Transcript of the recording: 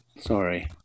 Sorry